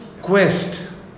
quest